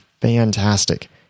fantastic